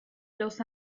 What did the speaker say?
los